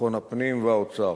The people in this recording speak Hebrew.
ביטחון הפנים והאוצר.